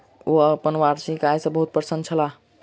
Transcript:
ओ अपन वार्षिक आय सॅ बहुत प्रसन्न छलाह